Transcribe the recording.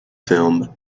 film